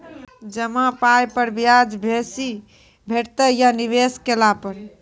जमा पाय पर ब्याज बेसी भेटतै या निवेश केला पर?